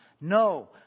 No